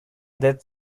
that